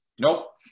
Nope